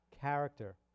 character